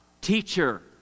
teacher